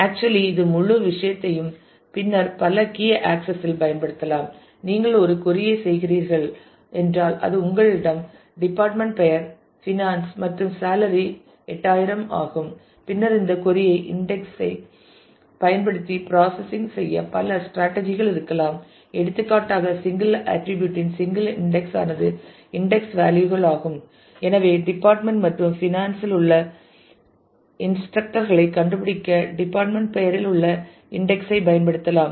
actually இது முழு விஷயத்தையும் பின்னர் பல கீ ஆக்சஸ் இல் பயன்படுத்தலாம் நீங்கள் ஒரு கொறி ஐ செய்கிறீர்கள் என்றால் அது உங்களிடம் டிபார்ட்மெண்ட் பெயர் பினான்ஸ் மற்றும் சேலரி 8000 ஆகும் பின்னர் இந்த கொறி ஐ இன்டெக்ஸ் ஐ பயன்படுத்தி ப்ராசசிங் செய்ய பல ஸ்ட்ராட்டஜி கள் இருக்கலாம் எடுத்துக்காட்டாக சிங்கிள் ஆட்டிரிபியூட் இன் சிங்கிள் இன்டெக்ஸ் ஆனது இன்டெக்ஸ் வேல்யூ கள் ஆகும் எனவே டிபார்ட்மெண்ட் மற்றும் பினான்ஸ் இல் உள்ள இன்ஸ்ரக்டர் களை கண்டுபிடிக்க டிபார்ட்மெண்ட் பெயரில் உள்ள இன்டெக்ஸ் ஐ பயன்படுத்தலாம்